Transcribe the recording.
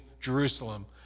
Jerusalem